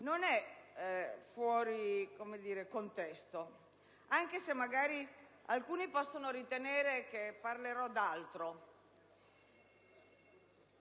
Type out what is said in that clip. non è fuori contesto, anche se forse alcuni potranno ritenere che parlerò d'altro.